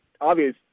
obvious